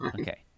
Okay